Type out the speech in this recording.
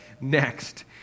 next